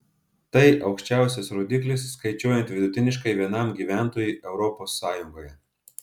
tai aukščiausias rodiklis skaičiuojant vidutiniškai vienam gyventojui europos sąjungoje